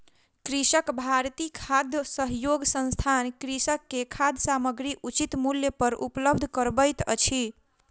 कृषक भारती खाद्य सहयोग संस्थान कृषक के खाद्य सामग्री उचित मूल्य पर उपलब्ध करबैत अछि